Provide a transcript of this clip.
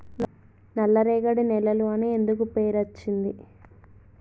నల్లరేగడి నేలలు అని ఎందుకు పేరు అచ్చింది?